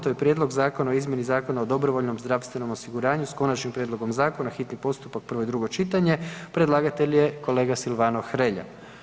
To je Prijedlog zakona o izmjeni Zakona o dobrovoljnom zdravstvenom osiguranju s konačnim prijedlogom zakona, hitni postupka, prvo i drugo čitanje, predlagatelj je kolega Silvano Hrelja.